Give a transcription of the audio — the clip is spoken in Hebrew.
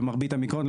במרבית המקרים,